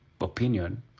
opinion